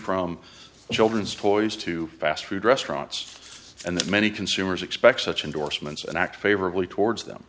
from children's toys to fast food restaurants and that many consumers expect such endorsements and act favorably towards them